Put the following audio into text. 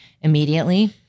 immediately